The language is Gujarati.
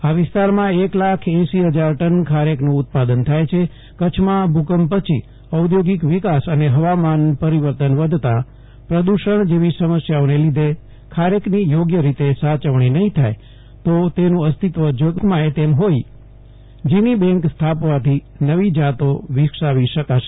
આ વિસ્તારમાં એક લાખ એશી ફજાર ટન ખારેકનું ઉત્પાદન થાય છે કચ્છમાં ભુકંપ પછી ઔધિક વિકાસ હવામાન પરિવર્ત વધતા પ્રદુષણ જેવી સમસ્યાઓને લીધે ખારેકની યોગ્ય રીતે સાયવણી નહી થાય તો તેનુ અસ્તિવ જોખમાય તેમ ફોઈ જીની બેંક સ્થાપવાથી નવી જાતો વિકસાવી શકાશે